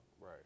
right